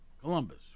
Columbus